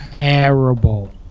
Terrible